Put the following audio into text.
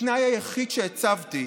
התנאי היחיד שהצבתי,